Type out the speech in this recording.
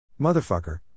Motherfucker